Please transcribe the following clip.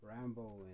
rambo